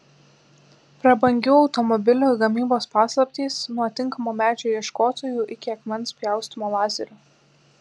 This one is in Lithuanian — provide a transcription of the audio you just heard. prabangių automobilių gamybos paslaptys nuo tinkamo medžio ieškotojų iki akmens pjaustymo lazeriu